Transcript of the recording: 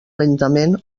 lentament